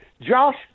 Josh